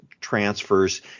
transfers